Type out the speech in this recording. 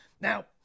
Now